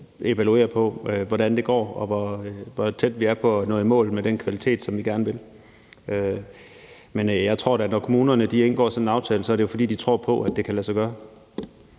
evaluere, hvordan det går, og hvor tæt de er på at nå i mål med den kvalitet, som vi gerne vil have. Men jeg tror da, at når kommunerne indgår sådan en aftale, er det jo, fordi de tror på, at det kan lade sig gøre.